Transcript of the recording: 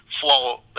flow